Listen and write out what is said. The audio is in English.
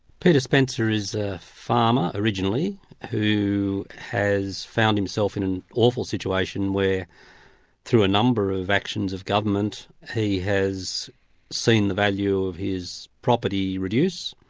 peter spencer is a farmer originally who has found himself in an awful situation where through a number of actions of government, he has seen the value of his property reduced,